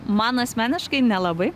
man asmeniškai nelabai